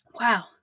Wow